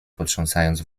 potrząsając